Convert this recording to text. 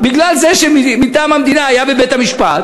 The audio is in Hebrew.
בגלל זה שמטעם המדינה היא הייתה בבית-המשפט,